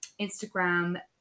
Instagram